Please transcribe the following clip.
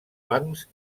bancs